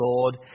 Lord